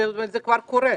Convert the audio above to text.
זה כבר קורה.